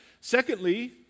Secondly